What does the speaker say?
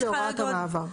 להתייחס להוראת המעבר.